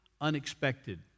unexpected